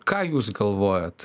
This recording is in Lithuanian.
ką jūs galvojat